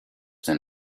than